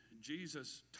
Jesus